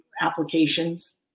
applications